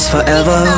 Forever